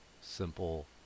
simple